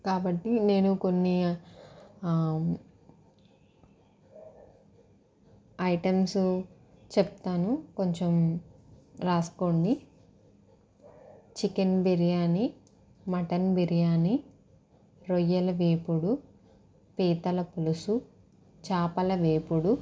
కాబట్టి నేను కొన్ని ఐటమ్స్ చెప్తాను కొంచెం రాసుకోండి చికెన్ బిర్యానీ మటన్ బిర్యాని రొయ్యల వేపుడు పీతల పులుసు చేపల వేపుడు